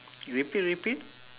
you repeat repeat